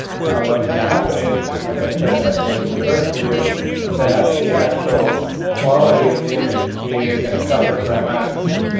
now, what's gonna happen is like i said, i believe in the first video that the actual quality of the image is going to suffer dramatically.